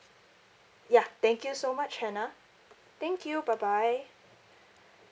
ya thank you so much hannah thank you bye bye